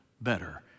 better